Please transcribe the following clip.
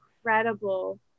incredible